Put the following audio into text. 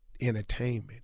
entertainment